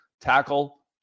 tackle